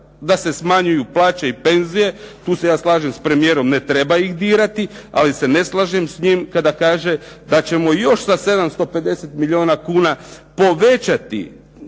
da se smanjuju plaće i penzije. Tu se ja slažem sa premijerom ne treba ih dirati, ali se ne slažem sa njim da ćemo još za 750 milijuna kuna povećati